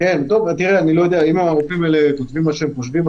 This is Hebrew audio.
אם הרופאים האלה כותבים את מה שהם חושבים,